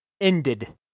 Ended